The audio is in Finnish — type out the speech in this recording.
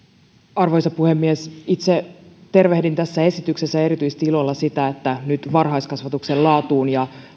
arvoisa puhemies itse tervehdin tässä esityksessä ilolla erityisesti sitä että nyt varhaiskasvatuksen laatua ja